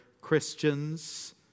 Christians